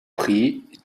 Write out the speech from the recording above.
prix